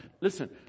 Listen